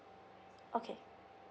okay